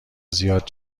زیاد